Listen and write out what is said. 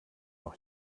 noch